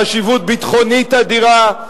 חשיבות ביטחונית אדירה.